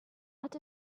out